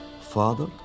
Father